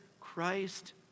Christ